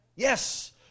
Yes